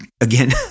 again